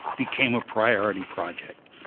became a priority project.